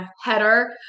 header